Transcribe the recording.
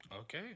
Okay